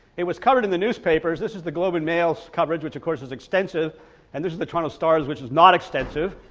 it was covered in the newspapers this is the globe and mail coverage which of course is extensive and this is the toronto star's which is not extensive,